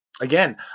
again